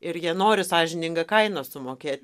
ir jie nori sąžiningą kainą sumokėt